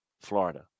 Florida